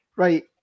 right